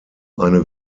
eine